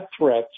threats